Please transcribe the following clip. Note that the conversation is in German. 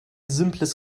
simples